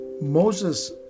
Moses